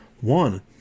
one